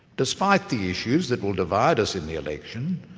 despite the issues that will divide us in the election,